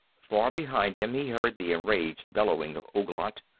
far behind him he heard the enraged bellowing of ouglat,